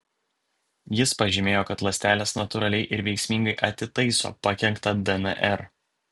jis pažymėjo kad ląstelės natūraliai ir veiksmingai atitaiso pakenktą dnr